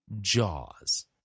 Jaws